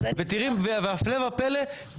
הפלא ופלא,